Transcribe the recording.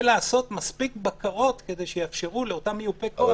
ולעשות מספיק בקרות כדי שיאפשרו לאותו מיופה כוח לפעול.